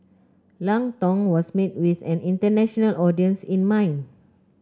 Lang Tong was made with an international audience in mind